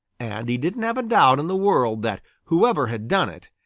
and he didn't have a doubt in the world that whoever had done it,